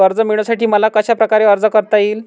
कर्ज मिळविण्यासाठी मला कशाप्रकारे अर्ज करता येईल?